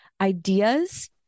ideas